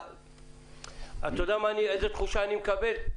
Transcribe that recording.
אתה יודע איזו תחושה אני מקבל?